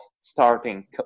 starting